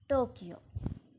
Tokyo